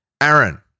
Aaron